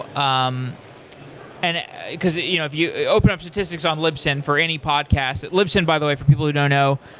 um and because you know if you open up statistics in um libsyn for any podcast libsyn, by the way, for people who don't know.